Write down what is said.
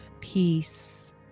peace